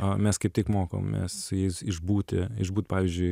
o mes kaip tik mokomės su jais išbūti išbūt pavyzdžiui